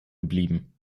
geblieben